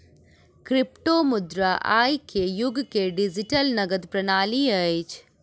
क्रिप्टोमुद्रा आई के युग के डिजिटल नकद प्रणाली अछि